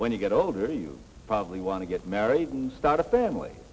when you get older you probably want to get married and start a family